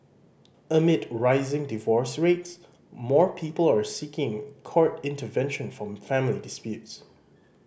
amid rising divorce rates more people are seeking court intervention from family disputes